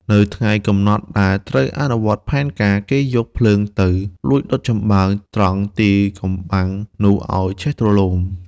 នៅថ្ងៃ កំណត់ដែលត្រូវអនុវត្តផែនការ គេយកភ្លើងទៅលួចដុតចំបើង ត្រង់ទីកំបាំងនោះឱ្យឆេះទ្រលោម។